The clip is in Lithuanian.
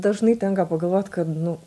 dažnai tenka pagalvot kad nu